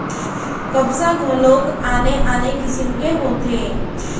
कपसा घलोक आने आने किसिम के होथे